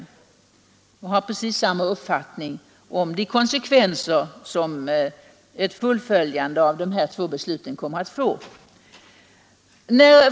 Jag har fortfarande precis samma uppfattning om de konsekvenser som ett fullföljande av de här två besluten kommer att få.